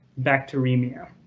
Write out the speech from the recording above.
bacteremia